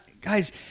guys